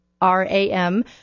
R-A-M